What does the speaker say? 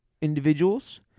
individuals